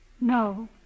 No